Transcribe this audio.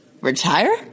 retire